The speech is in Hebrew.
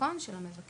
הדרכון של המבקש